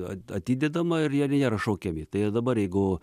atidedama ir jie nėra šaukiami tai ir dabar jeigu